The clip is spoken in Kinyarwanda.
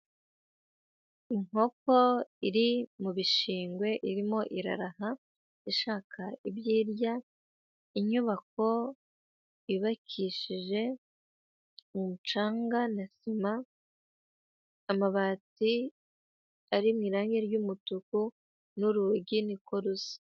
Inkoko iri mu bishingwe irimo iraraha, ishaka ibyo irya, inyubako yubakishije umucanga na sima, amabati ari mu irange ry'umutuku n'urugi ni ko rusa.